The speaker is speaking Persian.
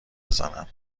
بزنم